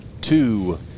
two